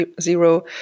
Zero